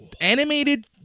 animated